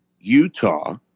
Utah